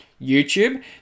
YouTube